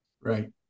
Right